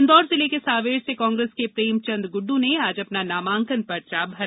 इंदौर जिले के सांवेर से कांग्रेस के प्रेमचंद गुड्डू ने आज अपना नामांकन पर्चा भरा